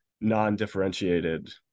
non-differentiated